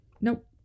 Nope